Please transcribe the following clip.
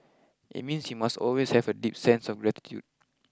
it means you must always have a deep sense of gratitude